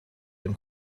dem